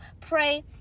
pray